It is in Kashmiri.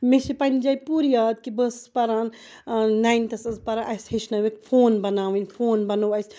مےٚ چھ پَننہِ جایہِ پوٗرٕ یادٕ کہِ بہٕ ٲسٕس پَران نایِنتھس ٲسٕس بہٕ پَران اَسہِ ہیٚچھنٲوِکھ فون بَناوٕنۍ فون بَنو اَسہِ